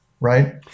right